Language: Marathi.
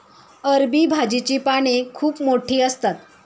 अरबी भाजीची पाने खूप मोठी असतात